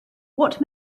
what